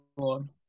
on